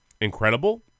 incredible